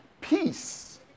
peace